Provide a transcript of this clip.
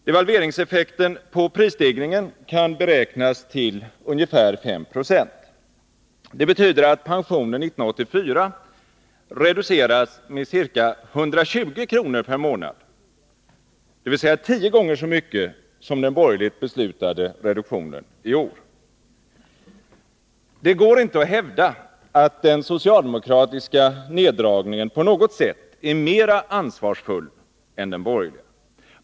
Devalveringseffekten på prisstegringen kan beräknas till ungefär 5 20. Det betyder att pensionen 1984 reduceras med ca 120 kr. per månad, dvs. tio gånger så mycket som den borgerligt beslutade reduktionen i år. Det går inte att hävda att den socialdemokratiska neddragningen på något sätt är mera ansvarsfull än den borgerliga.